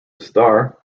star